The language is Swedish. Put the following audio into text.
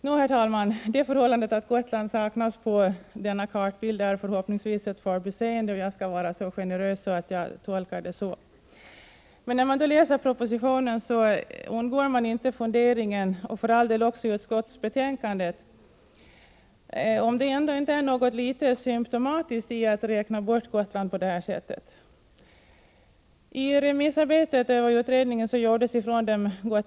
Nå, herr talman, det förhållandet att Gotland saknas på denna kartbild är förhoppningsvis ett förbiseende — jag skall vara så generös att jag tolkar det så. Men när man läser propositionen — och för all del även utskottsbetänkandet — kan man inte undgå funderingen över om det ändå inte är något symtomatiskt i att räkna bort Gotland på detta sätt.